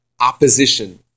opposition